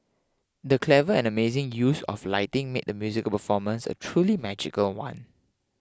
the clever and amazing use of lighting made the musical performance a truly magical one